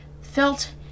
felt